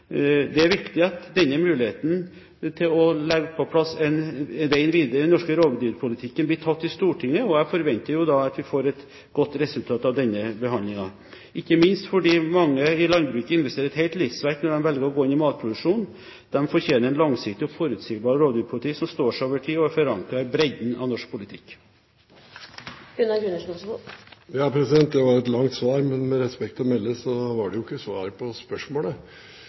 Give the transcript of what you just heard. Det er viktig at denne muligheten til å legge på plass veien videre i den norske rovdyrpolitikken blir tatt i Stortinget. Jeg forventer da at vi får et godt resultat av denne behandlingen – ikke minst fordi mange i landbruket investerer et helt livsverk når de velger å gå inn i matproduksjonen. De fortjener en langsiktig og forutsigbar rovdyrpolitikk som står seg over tid, og er forankret i bredden av norsk politikk. Det var et langt svar, men med respekt å melde, det var jo ikke svar på spørsmålet.